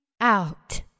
out